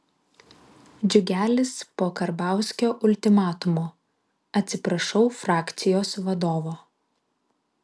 džiugelis po karbauskio ultimatumo atsiprašau frakcijos vadovo